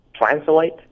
translate